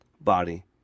body